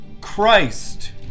Christ